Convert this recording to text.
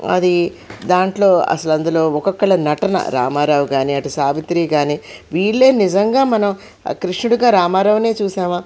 అది దాంట్లో అసలు అందులో ఒక్కొక్కరి నటన రామారావు కానీ అటు సావిత్రి కానీ వీళ్ళు నిజంగా మనం కృష్ణుడిగా రామారావును చూసామా